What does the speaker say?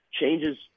changes